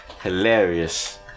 Hilarious